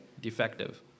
defective